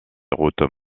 routes